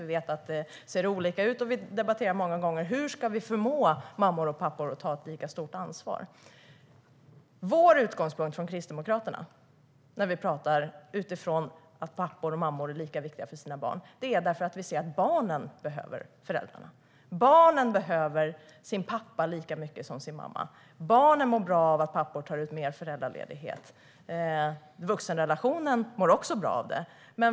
Vi vet att det ser olika ut. Och vi debatterar många gånger hur vi ska förmå mammor och pappor att ta lika stort ansvar. Vår utgångspunkt från Kristdemokraterna, när vi pratar utifrån att pappor och mammor är lika viktiga för sina barn, är att barnen behöver båda föräldrarna. Barnen behöver sin pappa lika mycket som sin mamma. Barnen mår bra av att pappor ta ut mer föräldraledighet. Vuxenrelationen mår också bra av det.